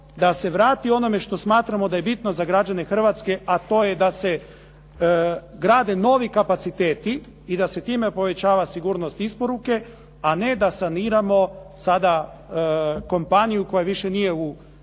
da se vrati onome što smatramo da je bitno za građane Hrvatske a to je da se grade novi kapaciteti i da se time povećava sigurnost isporuke a ne da saniramo sada kompaniju koja više nije u pretežito